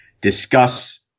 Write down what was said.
discuss